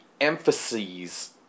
emphases